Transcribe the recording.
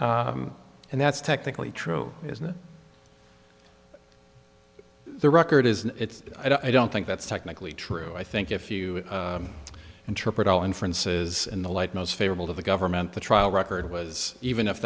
e and that's technically true isn't it the record is i don't think that's technically true i think if you interpret all inferences in the light most favorable to the government the trial record was even if